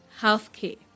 healthcare